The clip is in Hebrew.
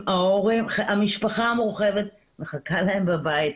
המשפחה המורחבת מחכה להם בבית.